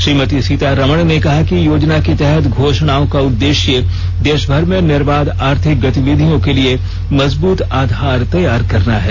श्रीमती सीतारमण ने कहा कि योजना के तहत घोषणाओं का उद्देश्य देशभर में निर्वाध आर्थिक गतिविधियों के लिए मजबूत आधार तैयार करना है